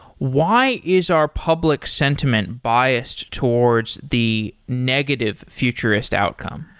why is our public sentiment biased towards the negative futurist outcome?